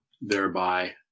thereby